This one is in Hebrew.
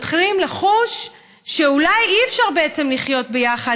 מתחילים לחוש שאולי אי-אפשר לחיות ביחד.